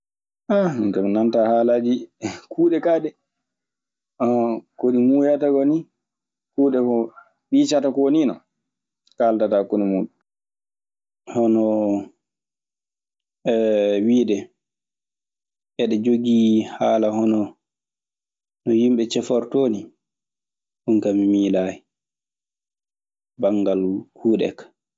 minka mi nantaa halaaji kuuɗe kaa. ko ɗe ŋuuyata ko nii kuuɗe eko ɓiicata ko ni kaaldata hakkunde muuɗum. Honoo wiide eɗe jogii haala hono no yimɓe cifortoo nii, ɗun kaa mi miilaayi banngal kuuɗe ka.